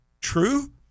true